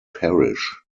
parish